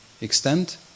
extent